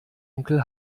onkel